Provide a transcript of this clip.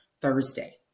Thursday